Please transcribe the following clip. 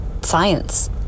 science